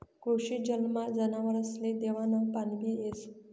कृषी जलमा जनावरसले देवानं पाणीबी येस